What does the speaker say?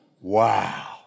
Wow